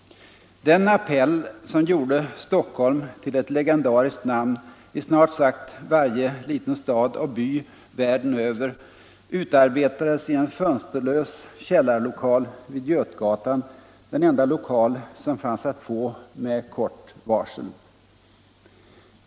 Den appell som gjorde Stockholm till ett legendariskt namn i debatt snart sagt varje liten stad och by världen över utarbetades i en fönsterlös källarlokal vid Götgatan, den enda lokal som fanns att få med kort varsel.